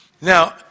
Now